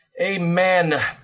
Amen